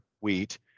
wheat